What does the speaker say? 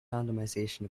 randomization